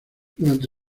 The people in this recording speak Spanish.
durante